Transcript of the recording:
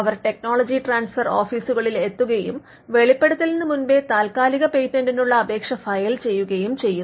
അവർ technology transfer ഓഫീസുകളിൽ എത്തുകയും വെളിപ്പെടുത്തലിന് മുൻപേ താത്കാലിക പേറ്റന്റിനുള്ള അപേക്ഷ ഫയൽ ചെയ്യുകയും ചെയ്യുന്നു